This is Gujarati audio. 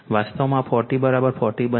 વાસ્તવમાં આ 4040 બનશે